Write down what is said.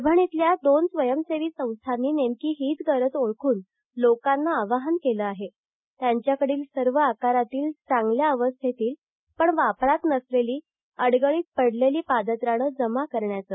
परभणीतल्या दोन स्वयंसेवी संस्थांनी नेमकी हीच गरज ओळखून लोकांना आवाहन केलं आहे त्यांच्याकडील सर्व आकारातील चांगल्या अवस्थेतली पण वापरात नसलेली अडगळीत पडलेली पादत्राणं जमा करण्याचं